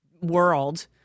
world